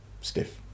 stiff